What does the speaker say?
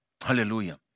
Hallelujah